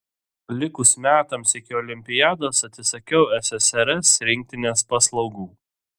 likus metams iki olimpiados atsisakiau ssrs rinktinės paslaugų